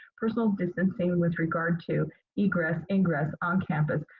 personal distancing with regard to egress, ingress, on campus,